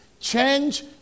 Change